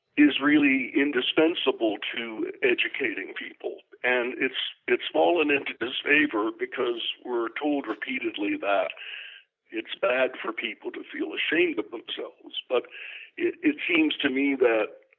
is really indispensable to educating people and it's it's all an end to this favor because we're told repeatedly that it's bad for people to feel ashamed of but themselves but it it seems to me that